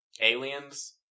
aliens